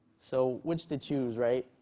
so which to choose, right?